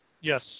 Yes